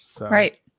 Right